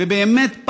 ובאמת,